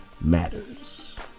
matters